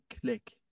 click